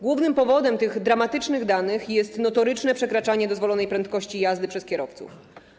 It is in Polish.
Głównym powodem pojawienia się tych dramatycznych danych jest notoryczne przekraczanie dozwolonej prędkości jazdy przez kierowców.